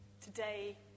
Today